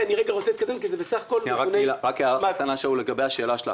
הערה קטנה, שאול, לגבי השאלה שלך.